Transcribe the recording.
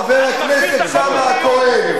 חבר הכנסת שאמה-הכהן.